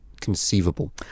conceivable